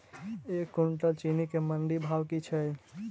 एक कुनटल चीनी केँ मंडी भाउ की छै?